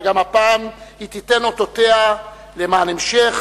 וגם הפעם היא תיתן אותותיה למען המשך